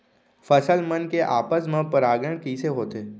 फसल मन के आपस मा परागण कइसे होथे?